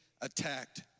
attacked